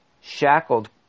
shackled